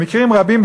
במקרים רבים,